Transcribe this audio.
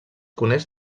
coneix